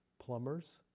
plumbers